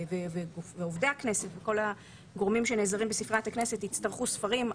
עובדי הכנסת וכל הגורמים שנעזרים בספריית הכנסת יצטרכו ספרים,